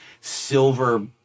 Silver